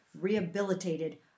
rehabilitated